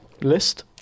list